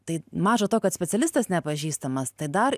tai maža to kad specialistas nepažįstamas tai dar ir